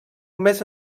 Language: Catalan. més